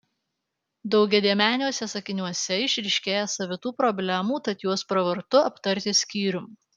daugiadėmeniuose sakiniuose išryškėja savitų problemų tad juos pravartu aptarti skyrium